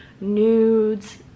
nudes